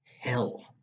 hell